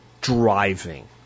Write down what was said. driving